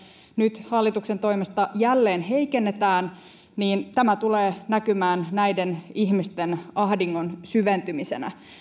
nyt hallituksen toimesta jälleen heikennetään niin tämä tulee näkymään näiden ihmisten ahdingon syventymisenä